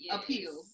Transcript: Appeal